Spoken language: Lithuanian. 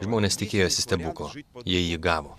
žmonės tikėjosi stebuklo jie jį gavo